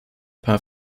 paar